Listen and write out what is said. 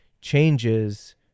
changes